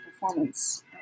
performance